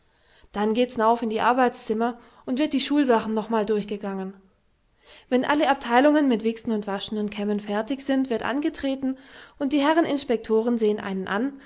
dann gehts nauf in die arbeitszimmer und wird die schulsachen nochmal durchgegangen wenn alle abteilungen mit wichsen und waschen und kämmen fertig sind wird angetreten und die herren inspektoren sehen einen an